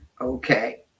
Okay